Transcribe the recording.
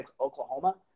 Oklahoma